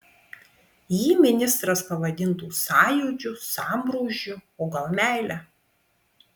jį ministras pavadintų sąjūdžiu sambrūzdžiu o gal meile